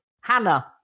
Hannah